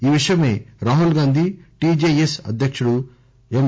ఈ విషయమై రాహుల్ గాంధీ టిజెఎస్ అధ్యక్తుడు ఎం